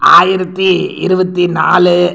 ஆயிரத்து இருபத்தி நாலு